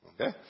Okay